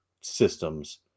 systems